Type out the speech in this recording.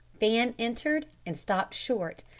fan entered and stopped short,